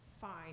Fine